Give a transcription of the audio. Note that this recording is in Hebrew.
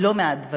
לא מעט דברים.